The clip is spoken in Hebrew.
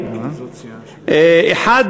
למשל,